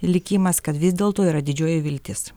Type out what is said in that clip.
likimas kad vis dėlto yra didžioji viltis